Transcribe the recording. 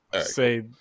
Say